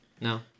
No